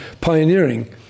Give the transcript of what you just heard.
pioneering